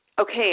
okay